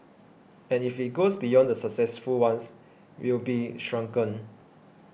and if it goes beyond the successful ones we'll be shrunken